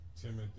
Timothy